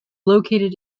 located